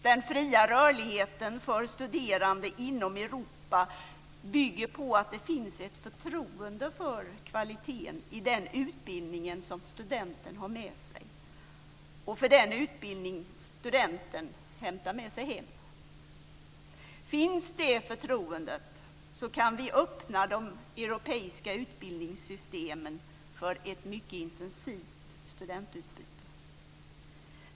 Den fria rörligheten för studerande inom Europa bygger på att det finns ett förtroende för kvaliteten i den utbildning som studenten har med sig och för den utbildning som studenten hämtar med sig hem. Finns det förtroendet kan vi öppna de europeiska utbildningssystemen för ett mycket intensivt studentutbyte.